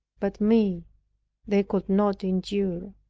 but me they could not endure.